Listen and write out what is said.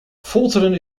folteren